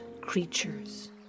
creatures